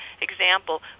example